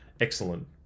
excellent